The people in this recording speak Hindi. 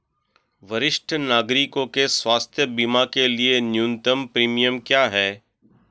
वरिष्ठ नागरिकों के स्वास्थ्य बीमा के लिए न्यूनतम प्रीमियम क्या है?